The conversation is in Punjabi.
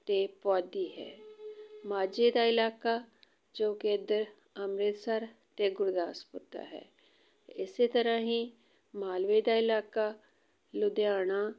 ਅਤੇ ਪੁਆਧੀ ਹੈ ਮਾਝੇ ਦਾ ਇਲਾਕਾ ਜੋ ਕਿ ਇੱਧਰ ਅੰਮ੍ਰਿਤਸਰ ਅਤੇ ਗੁਰਦਾਸਪੁਰ ਦਾ ਹੈ ਇਸ ਤਰ੍ਹਾਂ ਹੀ ਮਾਲਵੇ ਦਾ ਇਲਾਕਾ ਲੁਧਿਆਣਾ